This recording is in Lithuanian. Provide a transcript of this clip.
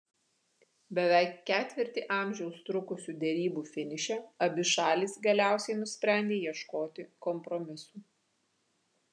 beveik ketvirtį amžiaus trukusių derybų finiše abi šalys galiausiai nusprendė ieškoti kompromisų